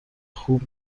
خوب